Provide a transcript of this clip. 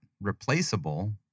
replaceable